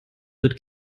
wird